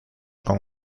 con